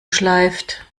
schleift